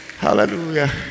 Hallelujah